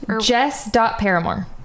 Jess.Paramore